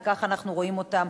וכך אנחנו רואים אותם,